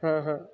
હા હા